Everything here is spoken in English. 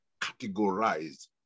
categorized